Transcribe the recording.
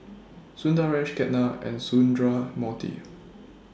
Sundaresh Ketna and Sundramoorthy